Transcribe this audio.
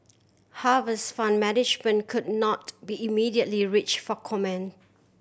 Harvest Fund Management could not be immediately reach for comment